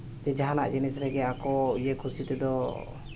ᱪᱮ ᱡᱟᱦᱟᱱ ᱡᱤᱱᱤᱥ ᱨᱮᱜᱮ ᱟᱠᱚ ᱤᱭᱟᱹ ᱠᱩᱥᱤ ᱛᱮᱫᱚ